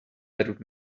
that